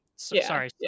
sorry